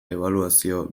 ebaluazio